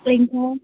okay ma'am